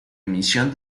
emisión